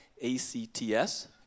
A-C-T-S